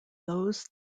those